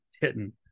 hidden